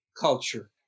culture